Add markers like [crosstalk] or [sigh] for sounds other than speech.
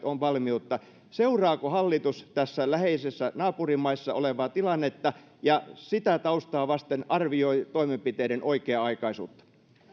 [unintelligible] on valmiutta seuraako hallitus näissä läheisissä naapurimaissa olevaa tilannetta ja sitä taustaa vasten arvioi toimenpiteiden oikea aikaisuutta